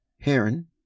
heron